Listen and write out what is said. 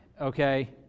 okay